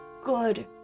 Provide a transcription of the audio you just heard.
good